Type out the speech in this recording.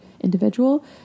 individual